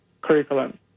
curriculum